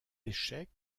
échecs